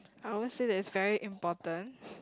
I won't say that it's very important